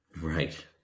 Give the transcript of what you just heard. Right